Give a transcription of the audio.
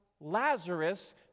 Lazarus